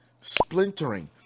splintering